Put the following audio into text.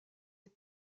est